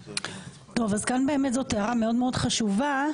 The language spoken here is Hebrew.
כאן זו הערה מאוד מאוד חשובה,